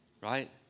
right